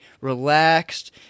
relaxed